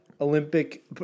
Olympic